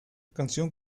canción